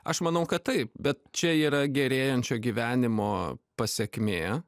aš manau kad taip bet čia yra gerėjančio gyvenimo pasekmė